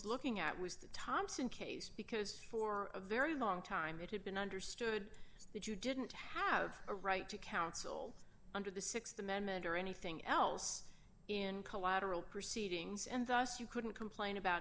looking at was the thomson case because for a very long time it had been understood that you didn't have a right to counsel under the th amendment or anything else in collateral proceedings and thus you couldn't complain about